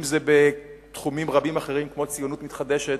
אם זה בתחומים רבים אחרים כמו "ציונות מתחדשת",